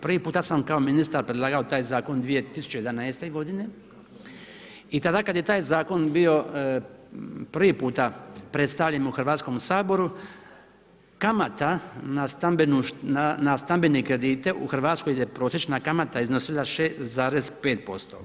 Prvi puta sam kao ministar predlagao taj zakon 2011.g., i tada kad je taj zakon bio prvi puta predstavljen u Hrvatskom saboru, kamata na stambene kredite u Hrvatskoj gdje je prosječna kamata iznosila 6,5%